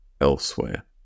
elsewhere